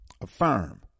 affirm